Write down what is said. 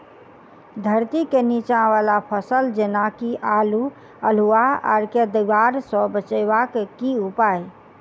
धरती केँ नीचा वला फसल जेना की आलु, अल्हुआ आर केँ दीवार सऽ बचेबाक की उपाय?